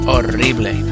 Horrible